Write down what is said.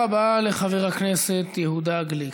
תודה רבה לחבר הכנסת יהודה גליק.